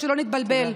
שלא נתבלבל.